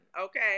okay